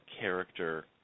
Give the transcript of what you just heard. character